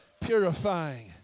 purifying